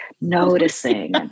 noticing